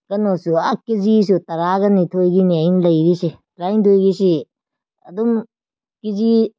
ꯀꯩꯅꯣꯁꯨ ꯑꯥ ꯀꯦꯖꯤꯁꯨ ꯇꯔꯥꯒ ꯅꯤꯊꯣꯏꯒꯤꯅꯤ ꯑꯩꯅ ꯂꯩꯔꯤꯁꯦ ꯇꯔꯥꯅꯤꯊꯣꯏꯒꯤꯁꯤ ꯑꯗꯨꯝ ꯀꯦ ꯖꯤ